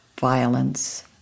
violence